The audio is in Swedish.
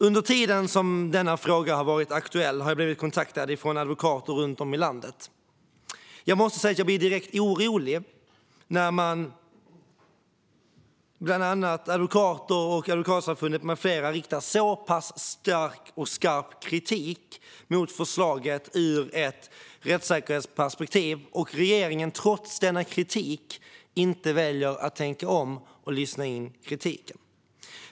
Under tiden som denna fråga har varit aktuell har jag blivit kontaktad av advokater runt om i landet. Jag måste säga att jag blir direkt orolig när advokater och Advokatsamfundet med flera riktar så pass stark och skarp kritik mot förslaget ur ett rättssäkerhetsperspektiv och regeringen trots denna kritik inte väljer att tänka om och lyssna in kritiken.